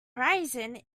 horizon